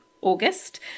August